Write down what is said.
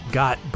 got